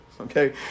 okay